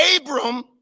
Abram